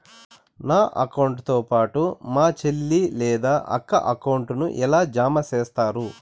నా అకౌంట్ తో పాటు మా చెల్లి లేదా అక్క అకౌంట్ ను ఎలా జామ సేస్తారు?